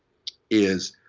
is,